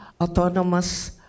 Autonomous